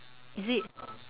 is it